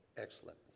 Excellent